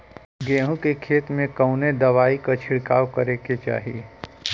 गेहूँ के खेत मे कवने दवाई क छिड़काव करे के चाही?